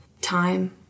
time